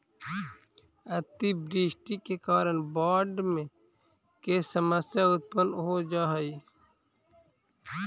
अतिवृष्टि के कारण बाढ़ के समस्या उत्पन्न हो जा हई